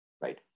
right